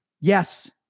yes